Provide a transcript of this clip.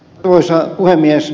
arvoisa puhemies